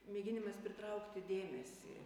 mėginimas pritraukti dėmesį